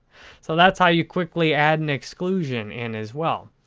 so, that's how you quickly add an exclusion in as well.